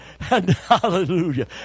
Hallelujah